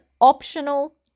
optional